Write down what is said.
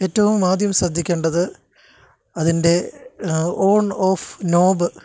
ഏറ്റവും ആദ്യം ശ്രദ്ധിക്കേണ്ടത് അതിൻ്റെ ഓൺ ഓഫ് നോബ്